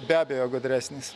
be abejo gudresnis